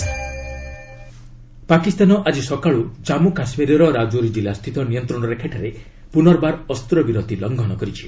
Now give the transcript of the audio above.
Pak ceasefire Pakistan ଆଜି ସକାଳୁ ଜାମ୍ମୁ କାଶ୍ମୀରର ରାଜୌରୀ ଜିଲ୍ଲାସ୍ଥିତ ନିୟନ୍ତ୍ରଣ ରେଖାଠାରେ ପୁନର୍ବାର ଅସ୍ତ୍ରବିରତି ଲଙ୍ଘନ କରିଛି